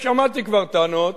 ושמעתי כבר טענות